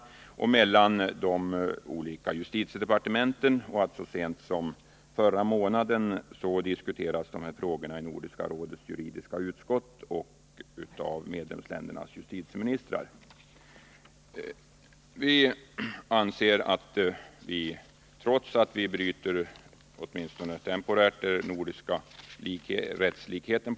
Kontakter har också tagits mellan de olika justitiedepartementen, och så sent som förra månaden diskuterades denna fråga av Nordiska rådets juridiska utskott och medlemsländernas justitiemi Vi anser, trots att den nordiska rättslikheten på det här området Tisdagen den åtminstone temporärt bryts, att den föreslagna lagen bör antas.